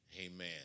amen